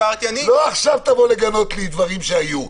שדיברתי --- לא עכשיו תבוא לגנות דברים שהיו.